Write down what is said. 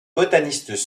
botanistes